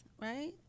right